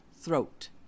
throat